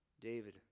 David